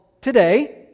today